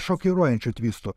šokiruojančių tvistų